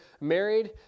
married